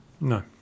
No